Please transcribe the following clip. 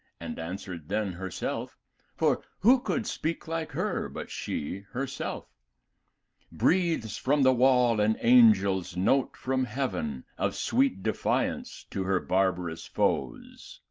and answered then her self for who could speak like her but she her self breathes from the wall an angel's note from heaven of sweet defiance to her barbarous foes.